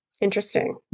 Interesting